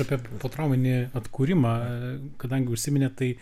apie potrauminį atkūrimą kadangi užsiminėt tai